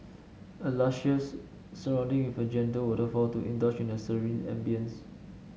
a luscious surrounding with a gentle waterfall to indulge a serene ambience